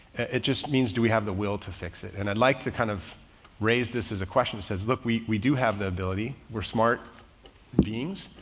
it just means do we have the will to fix it. and i'd like to kind of raise this as a question that says, look, we we do have the ability, we're smart beings.